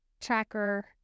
tracker